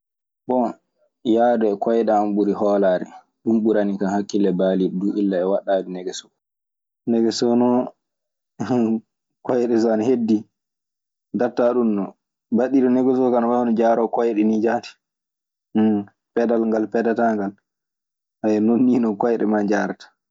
Bon, yahde e koyɗe an ɓuri hoolaare. Ɗun ɓuranikan hakkille baaliiɗo duu illa e waɗɗaade negesoo. Negesoo ɗon, koyɗe so ana heddii, daɗataa ɗun non. Baɗɗiiɗo negesoo kaa ana wayi no jaaroowo koyɗe nii jaati. pedal ngal pedataa ngal, haya non nii non koyɗe maa njaarata.